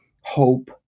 hope